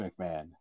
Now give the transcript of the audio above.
McMahon